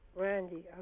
Randy